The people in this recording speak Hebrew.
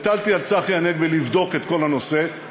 הטלתי על צחי הנגבי לבדוק את כל הנושא,